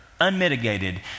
unmitigated